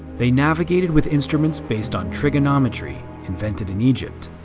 they navigated with instruments based on trigonometry, invented in egypt.